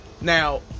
now